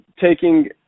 taking